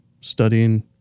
studying